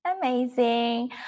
Amazing